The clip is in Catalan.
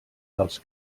dels